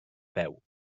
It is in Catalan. peu